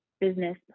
business